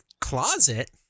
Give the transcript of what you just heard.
closet